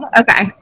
Okay